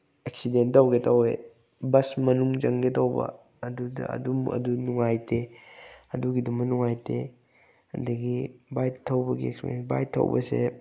accident ꯇꯧꯒꯦ ꯇꯧꯋꯦ bus ꯃꯅꯨꯡ ꯆꯪꯒꯦ ꯇꯧꯕ ꯑꯗꯨꯗ ꯑꯗꯨꯝ ꯑꯗꯨ ꯅꯨꯡꯉꯥꯏꯇꯦ ꯑꯗꯨꯒꯤꯗꯨ ꯑꯃ ꯅꯨꯡꯉꯥꯏꯇꯦ ꯑꯗꯒꯤ ꯕꯥꯏꯛ ꯊꯧꯕꯒꯤ ꯑꯦꯛꯁꯄꯤꯔꯤꯌꯦꯟꯁ ꯕꯥꯏꯛ ꯊꯧꯕꯁꯦ